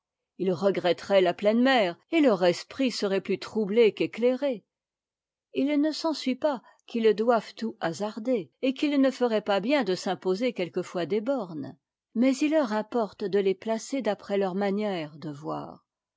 ils regretteraient la pleine mer et leur esprit serait plus troublé qu'éclairé il ne s'ensuit pas qu'ils doivent tout hasarder et qu'its ne feraient pas bien de s'im'poser quelquefois des bornes mais il leur importe de les placer d'après leur manière de voir